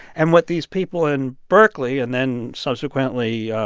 and what these people in berkeley, and then, subsequently,